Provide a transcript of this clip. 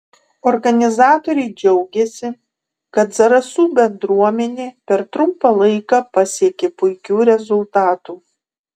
organizatoriai džiaugėsi kad zarasų bendruomenė per trumpą laiką pasiekė puikių rezultatų